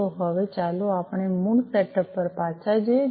તો હવે ચાલો આપણા મૂળ સેટઅપ પર પાછા જઈએ